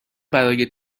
برای